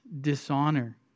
dishonor